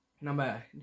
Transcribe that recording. number